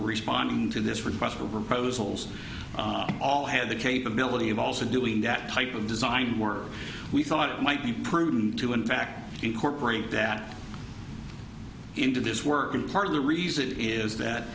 responding to this request for proposals all had the capability of also doing that type of design work we thought it might be prudent to in fact incorporate that into this work and part of the reason is